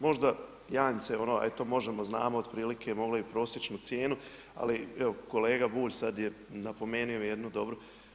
Možda janjce, eto to možemo, znamo otprilike, moglo i prosječnu cijenu, ali evo, kolega Bulj, sad je napomenuo jednu dobru.